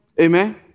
Amen